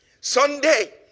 Sunday